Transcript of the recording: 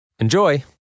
Enjoy